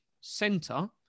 center